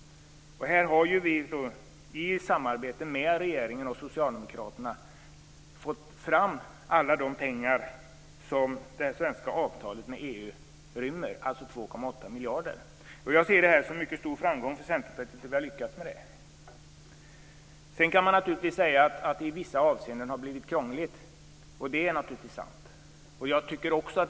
Här har Centerpartiet i samarbete med regeringen och Socialdemokraterna fått fram alla de pengar som det svenska avtalet med EU rymmer, dvs. 2,8 miljarder. Jag ser det som en mycket stor framgång för Centerpartiet att vi har lyckats med det. Sedan kan man givetvis säga att det i vissa avseenden har blivit krångligt. Det är naturligtvis sant.